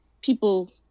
people